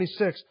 26